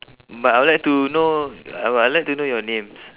but I'll like to know I'll I'll like to know your names